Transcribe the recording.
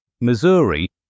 Missouri